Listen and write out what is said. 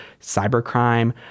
cybercrime